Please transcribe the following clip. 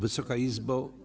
Wysoka Izbo!